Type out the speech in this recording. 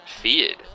feared